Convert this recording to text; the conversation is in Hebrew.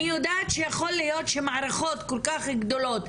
אני יודעת שיכול להיות שמערכות כל כך גדולות,